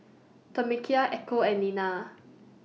Tamekia Echo and Nena